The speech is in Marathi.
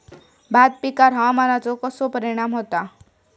भात पिकांर हवामानाचो कसो परिणाम होता?